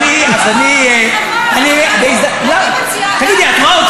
אני אני, לא, מרדכי יוגב,